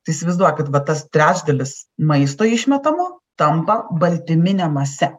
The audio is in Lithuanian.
tai įsivaizduokit va tas trečdalis maisto išmetamo tampa baltymine mase